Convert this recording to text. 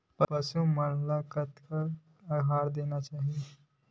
पशु मन ला कतना आहार देना चाही?